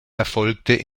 erfolgte